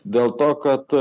dėl to kad